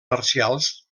marcials